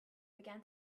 began